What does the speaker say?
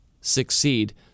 succeed